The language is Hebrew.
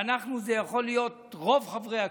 "אנחנו" זה יכול להיות רוב חברי הכנסת.